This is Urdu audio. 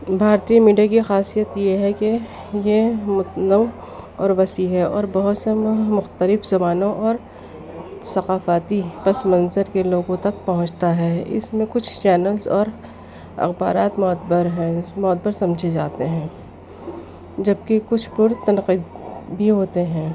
بھارتیہ میڈیا کی خاصیت یہ ہے کہ یہ متنوع اور وسیع ہے اور بہت سے مختلف زبانوں اور ثقافاتی پس منظر کے لوگوں تک پہنچتا ہے اس میں کچھ چینلس اور اخبارات معتبر ہیں معتبر سمجھے جاتے ہیں جبکہ کچھ پرتنقد بھی ہوتے ہیں